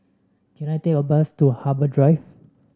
can I take a bus to Harbour Drive